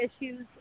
issues